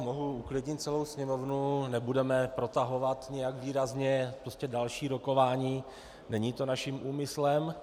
Mohu uklidnit celou sněmovnu, nebudeme protahovat nijak výrazně další rokování, není to naším úmyslem.